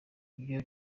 ibyo